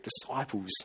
disciples